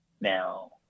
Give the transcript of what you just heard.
Now